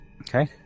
okay